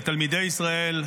לתלמידי ישראל,